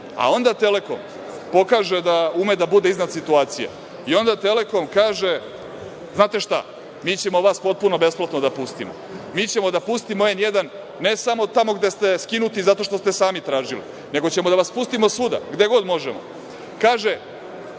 „Telekom“ pokaže da ume da bude iznad situacije i onda „Telekom“ kaže - znate šta, mi ćemo vas potpuno besplatno da pustimo, mi ćemo da pustimo „N1“, ne samo tamo gde ste skinuti zato što ste sami tražili, nego ćemo da vas pustimo svuda gde god možemo. Kaže